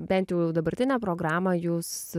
bent jau dabartinę programą jūs